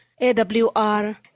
AWR